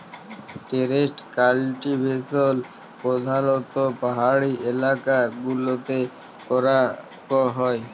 terrace cultivation প্রধালত্ব পাহাড়ি এলাকা গুলতে ক্যরাক হ্যয়